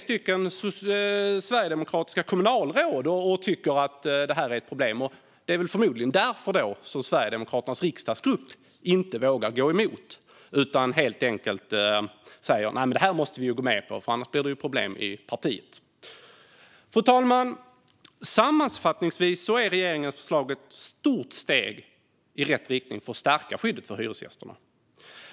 Tre sverigedemokratiska kommunalråd sitter där och tycker att detta är ett problem, och det är förmodligen därför Sverigedemokraternas riksdagsgrupp inte vågar gå emot utan säger: Detta måste vi gå med på, för annars blir det problem i partiet. Fru talman! Sammanfattningsvis är regeringens förslag ett stort steg i rätt riktning för att stärka skyddet för hyresgästerna.